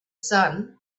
sun